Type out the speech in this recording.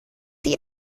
die